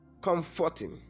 comforting